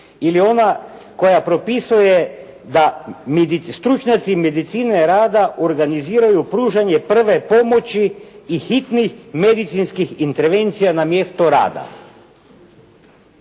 Ili ona koja propisuje da stručnjaci medicine rada organiziraju pružanje prve pomoći i hitnih medicinskih intervencija na mjesto rada?